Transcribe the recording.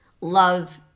love